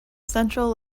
central